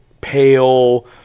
pale